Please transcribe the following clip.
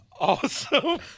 awesome